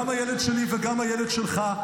גם הילד שלי וגם הילד שלך,